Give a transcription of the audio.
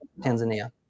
Tanzania